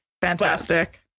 Fantastic